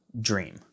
dream